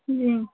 जी